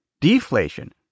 deflation